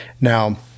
Now